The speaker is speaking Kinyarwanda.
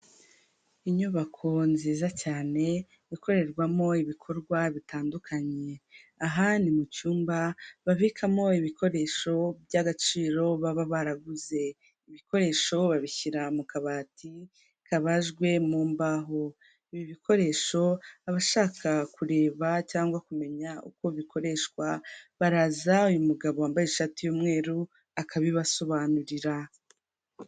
Inyubako nziza cyane ikorerwamo ibikorwa bitandukanye, aha ni mu cyumba babikamo ibikoresho by'agaciro baba baraguze, ibikoresho babishyira mu kabati kabajwe mu mbaho. Ibi bikoresho abashaka kureba cyangwa kumenya uko bikoreshwa baraza uyu mugabo wambaye ishati y'umweru akabibasobanurira.